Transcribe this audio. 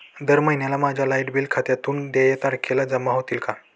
दर महिन्याला माझ्या लाइट बिल खात्यातून देय तारखेला जमा होतील का?